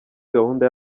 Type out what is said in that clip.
gahunda